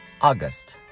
August